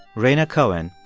rhaina cohen,